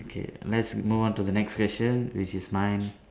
okay lets move on to the next question which is mine